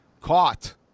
caught